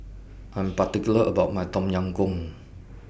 I'm particular about My Tom Yam Goong